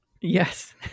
Yes